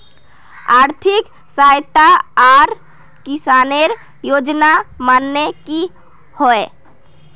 आर्थिक सहायता आर किसानेर योजना माने की होय?